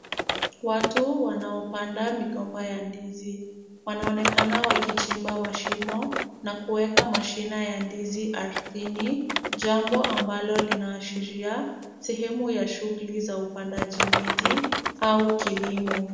Watu wanaopanda migomba ya ndizi, wanaonekana wakichimba mashimo na kuweka mashina ya ndizi ardhini, jambo ambalo linaashiria sehemu ya shughuli za upandaji miti au kilimo.